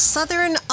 Southern